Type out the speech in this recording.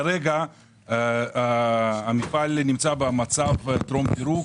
כרגע המפעל נמצא במצב של טרום פירוק.